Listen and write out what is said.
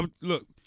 look